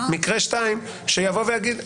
שיבוא ויגיד,